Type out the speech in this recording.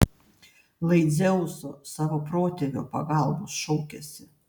lai dzeuso savo protėvio pagalbos šaukiasi